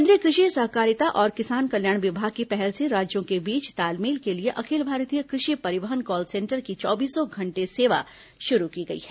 केन्द्रीय कृषि सहकारिता और किसान कल्याण विभाग की पहल से राज्यों के बीच तालमेल के लिए अखिल भारतीय कृषि परिवहन कॉल सेंटर की चौबीसों घंटे सेवा शुरू की गई है